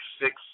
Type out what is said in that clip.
six